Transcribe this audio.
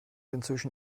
inzwischen